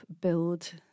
build